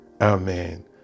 Amen